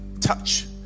touch